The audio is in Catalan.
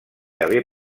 haver